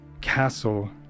castle